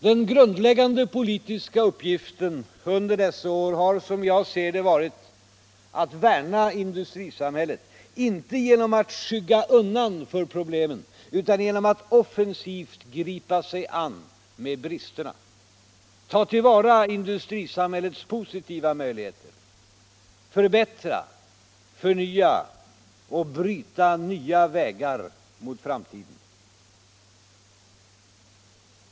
Den grundläggande politiska uppgiften under dessa år har som jag ser det varit att värna industrisamhället — inte genom att skygga undan för problemen utan genom att offensivt gripa sig an med bristerna, ta till vara industrisamhällets positiva möjligheter, förbättra, förnya och bryta nya vägar mot framtiden.